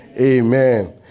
Amen